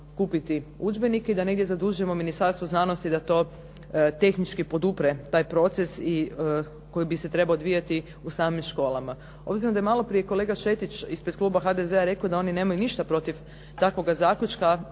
kupiti udžbenike i da negdje zadužimo Ministarstvo znanosti da to tehnički podupre taj proces koji bi se trebao odvijati u samim školama. Obzirom da je malo prije kolega Šetić ispred kluba HDZ-a rekao da oni nemaju apsolutno ništa protiv takvog zaključka,